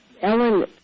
Ellen